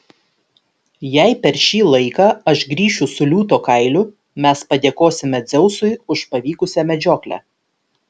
jei per šį laiką aš grįšiu su liūto kailiu mes padėkosime dzeusui už pavykusią medžioklę